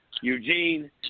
Eugene